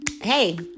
Hey